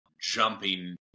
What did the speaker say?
jumping